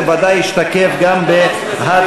זה ודאי ישתקף גם בהצבעות.